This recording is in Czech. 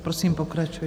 Prosím, pokračujte.